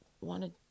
wanted